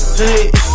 hey